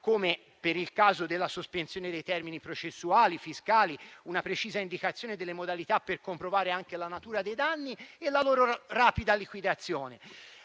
come per il caso della sospensione dei termini processuali, fiscali, una precisa indicazione delle modalità per comprovare anche la natura dei danni e la loro rapida liquidazione.